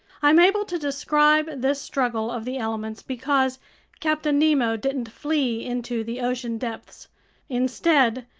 i'm able to describe this struggle of the elements because captain nemo didn't flee into the ocean depths instead,